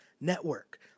Network